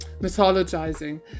mythologizing